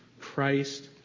Christ